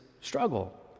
struggle